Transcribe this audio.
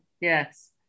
Yes